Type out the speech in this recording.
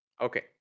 okay